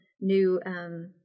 new